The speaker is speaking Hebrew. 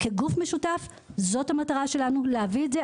כגוף משותף זו המטרה שלנו להביא את זה,